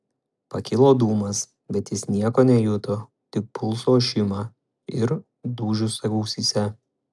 pakilo dūmas bet jis nieko nejuto tik pulso ošimą ir dūžius ausyse